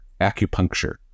acupuncture